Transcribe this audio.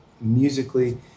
musically